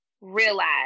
realize